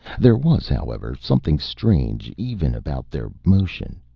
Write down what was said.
there was, however, something strange even about their motion.